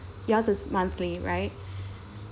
yours is monthly right